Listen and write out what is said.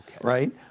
right